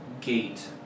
gate